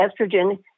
estrogen